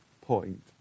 point